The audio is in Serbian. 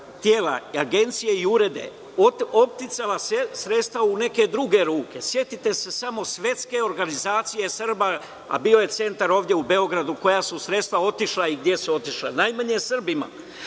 tela, agencije i urede oticala sredstva u neke druge ruke. Setite se samo Svetske organizacije Srba, a bio je centar ovde u Beogradu, koja su sredstva otišla i gde su otišla, najmanje Srbima,